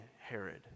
Herod